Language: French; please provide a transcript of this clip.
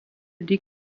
des